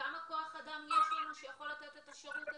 כמה כוח אדם יש לנו שיכול לתת את השירות הזה,